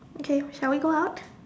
okay shall we go out